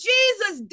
Jesus